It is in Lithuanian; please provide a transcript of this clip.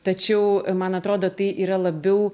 tačiau man atrodo tai yra labiau